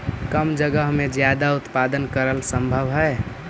कम जगह में ज्यादा उत्पादन करल सम्भव हई